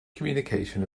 communication